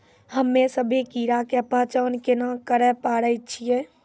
हम्मे सभ्भे कीड़ा के पहचान केना करे पाड़ै छियै?